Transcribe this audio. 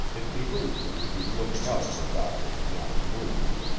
it behooved me to be looking out for doddridge knapp's movements.